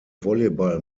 volleyball